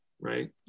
right